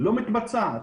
לא מתבצעת.